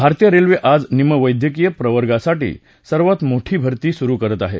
भारतीय रेल्वे आज निमवैद्यकीय प्रवर्गासाठी सर्वात मोठी भर्ती सुरु करत आहे